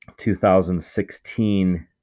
2016